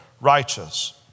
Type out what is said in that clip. righteous